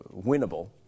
winnable